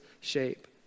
shape